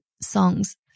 songs